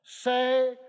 Say